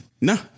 no